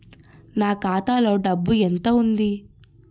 నా ఖాతాలో డబ్బు ఎంత ఉంది?